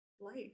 life